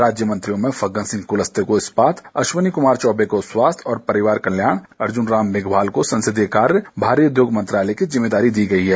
राज्य मंत्रियों में फग्गनसिंह कुलस्ते को इस्पात अश्विनी कुमार चौबे को स्वास्थ्य और परिवार कल्याण अर्जुन राम मेघवाल को संसदीय कार्यू भारी उद्योग मंत्रालय की जिम्मेदारी दी गई है